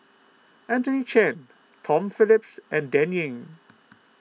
Anthony Chen Tom Phillips and Dan Ying